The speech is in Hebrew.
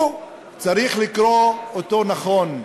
הוא צריך לקרוא אותו נכון.